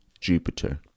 Jupiter